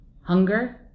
hunger